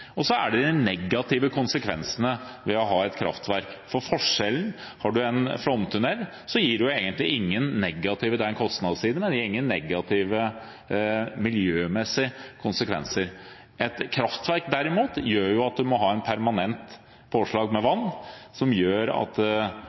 Så er det de negative konsekvensene ved å ha et kraftverk. Ved en flomtunnel er det en kostnadsside, men det gir egentlig ingen negative miljømessige konsekvenser. Et kraftverk derimot gjør jo at man må ha en permanent tilførsel av vann, som gjør at